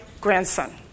grandson